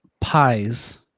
pies